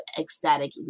ecstatic